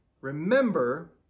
Remember